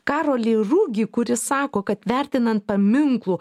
karolį rugį kuris sako kad vertinant paminklų